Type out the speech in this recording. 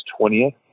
20th